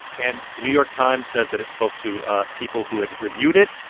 and the new york times says that it spoke to people who had reviewed it.